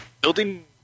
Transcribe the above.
building